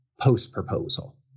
post-proposal